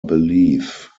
belief